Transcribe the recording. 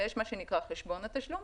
ויש מה שנקרא חשבון התשלום,